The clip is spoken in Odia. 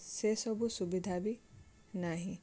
ସେସବୁ ସୁବିଧା ବି ନାହିଁ